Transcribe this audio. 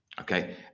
Okay